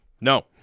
No